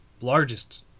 largest